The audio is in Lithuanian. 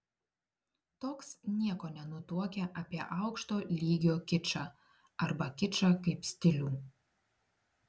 toks nieko nenutuokia apie aukšto lygio kičą arba kičą kaip stilių